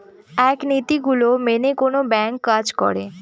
এক নীতি গুলো মেনে কোনো ব্যাঙ্ক কাজ করে